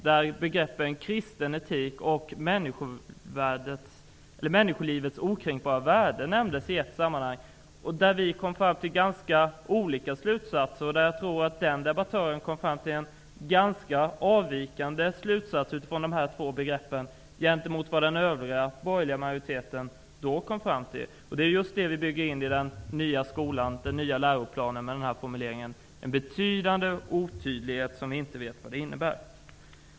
Där kom begreppen kristen etik och människolivets okränkbara värde att nämnas i ett sammanhang, men vi kom fram till ganska olika slutsatser. Jag tror att den andre debattören kom fram till en ganska avvikande slutsats utifrån dessa två begrepp i jämförelse med vad den övriga borgerliga majoriteten då kom fram till. Det är just denna otydlighet vi bygger in i den nya läroplanen genom den här formuleringen. Det är en betydande otydlighet som vi inte vet vad den innebär.